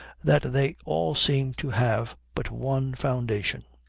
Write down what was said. that they all seem to have but one foundation.